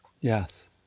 Yes